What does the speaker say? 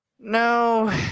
No